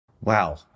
Wow